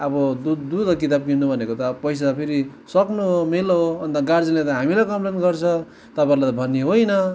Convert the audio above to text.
अब दुई दुईवटा किताब किन्नु भनेको त अब पैसा फेरि सक्नु हो मेलो हो अन्त गार्जियनले त हामीलाई कम्प्लेन गर्छ तपाईँहरूलाई त भन्ने होइन